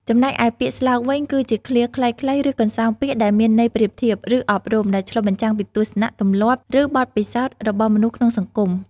ចំណែកឯពាក្យស្លោកវិញ គឺជាឃ្លាខ្លីៗ ឬកន្សោមពាក្យដែលមានន័យប្រៀបធៀប ឬអប់រំ ដែលឆ្លុះបញ្ចាំងពីទស្សនៈ ទម្លាប់ ឬបទពិសោធន៍របស់មនុស្សក្នុងសង្គម។